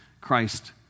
Christ